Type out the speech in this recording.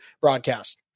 broadcast